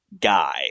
guy